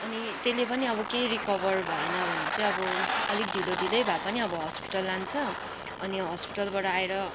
अनि त्यसले पनि अब केही रिकभर भएन भने चाहिँ अब अलिक ढिलोढिलै भए पनि अब हस्पिटल लान्छ अनि हस्पिटलबाट आएर